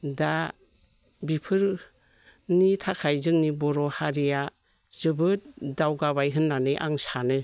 दा बिफोरनि थाखाय जोंनि बर'हारिया जोबोद दावगाबाय होननानै आं सानो